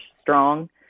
strong